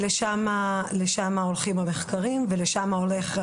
לשם הולכים המחקרים ולשם גם